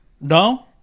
No